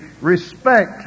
respect